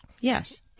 Yes